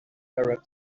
arab